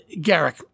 Garrick